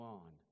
on